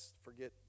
Forget